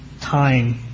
time